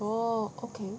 orh okay